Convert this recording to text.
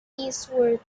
eastward